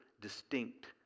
distinct